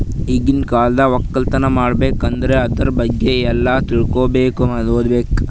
ಈಗಿನ್ ಕಾಲ್ದಾಗ ವಕ್ಕಲತನ್ ಮಾಡ್ಬೇಕ್ ಅಂದ್ರ ಆದ್ರ ಬಗ್ಗೆ ಎಲ್ಲಾ ತಿಳ್ಕೊಂಡಿರಬೇಕು ಓದ್ಬೇಕು